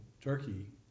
Turkey